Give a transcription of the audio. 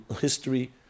history